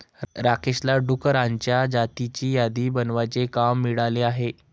राकेशला डुकरांच्या जातींची यादी बनवण्याचे काम मिळाले आहे